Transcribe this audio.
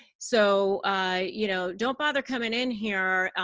so you know don't bother coming in here.